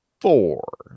four